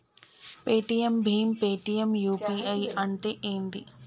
Paytm భీమ్ Paytm UPI అంటే ఏంది?